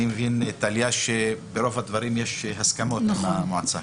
טליה, אני מבין שברוב הדברים יש הסכמות עם המועצה?